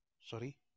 Sorry